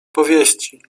powieści